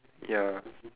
ya